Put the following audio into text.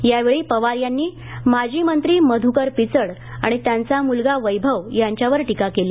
यावेळी पवार यांनी माजी मंत्री मध्यकर पिचड आणि त्यांचा मुलगा वैभव यांच्यावर टीका केली